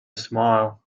smile